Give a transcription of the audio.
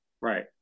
right